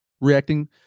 reacting